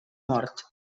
mort